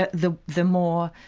but the the more,